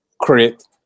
create